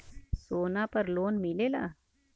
सोना पर लोन मिलेला?